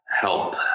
help